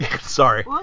Sorry